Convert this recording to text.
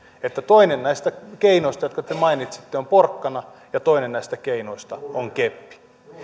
että toinen näistä keinoista jotka te mainitsitte on porkkana ja toinen näistä keinoista on keppi